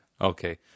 Okay